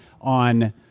on